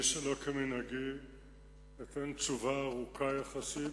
שלא כמנהגי אני אתן תשובה ארוכה יחסית,